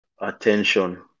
attention